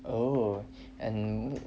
oh and